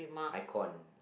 icon